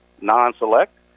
non-select